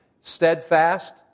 Steadfast